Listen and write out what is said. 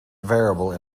variable